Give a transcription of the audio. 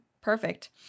Perfect